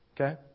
Okay